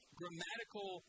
grammatical